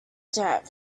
jet